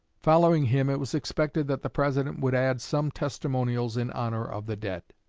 following him it was expected that the president would add some testimonials in honor of the dead.